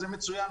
וזה מצוין,